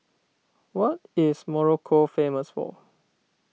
what is Morocco famous for